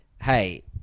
Hey